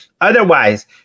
Otherwise